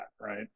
Right